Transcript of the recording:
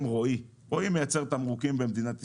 רועי מייצר תמרוקים במדינת ישראל,